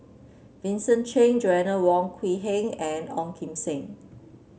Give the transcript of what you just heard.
Vincent Cheng Joanna Wong Quee Heng and Ong Kim Seng